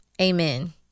amen